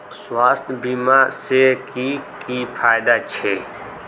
स्वास्थ्य बीमा से की की फायदा छे?